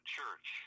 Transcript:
Church